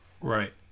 Right